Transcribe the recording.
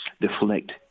deflect